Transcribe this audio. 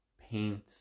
paint